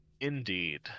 Indeed